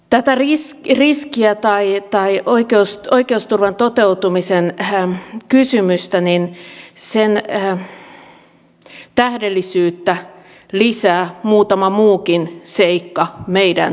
tätä riis riis ja taiji tai oikeus oikeusturvan toteutumisen kysymyksen tähdellisyyttä lisää muutama muukin seikka meidän turvapaikkapäätösprosessissamme